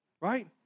Right